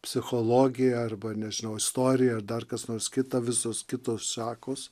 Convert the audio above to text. psichologija arba ar nežinau istorija ar dar kas nors kita visos kitos šakos